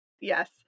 Yes